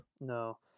No